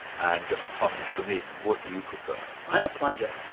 and just plunge them in. what do you prefer? i'm a plunger.